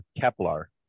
Kepler